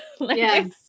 yes